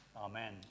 Amen